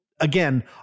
again